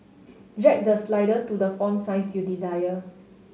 drag the slider to the font size you desire